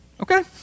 Okay